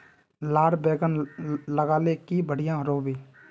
लार बैगन लगाले की बढ़िया रोहबे?